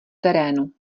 terénu